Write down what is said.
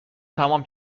تمام